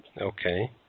Okay